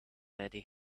lady